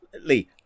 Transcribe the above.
Lee